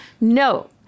no